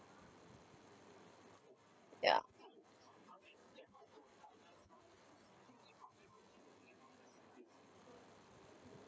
ya